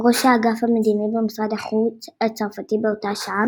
ראש האגף המדיני במשרד החוץ הצרפתי באותה שעה,